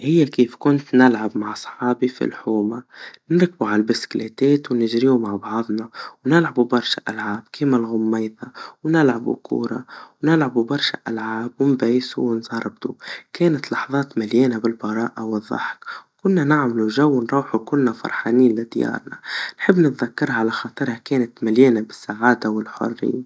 هيا كيف كنت نلعب مع صحابي في الحوما, نركبوا عالبيسكلتات ونجريوا مع بعضنا في الحوما, ونلعبوا برشا ألعاب, كيما الغوميضة, ونلعبوا كورة, ونلعبوا برشا ألعاب, ونبيسوا ونزربطوا, كانت لحظات ملينا بالبرائا والضحك, وكنا نعملوا جو, ونروحوا وكلنا فرحانين لديارنا, نحب نتذكرها, على خاطرها كانت مليانا بالسعادا والحريا.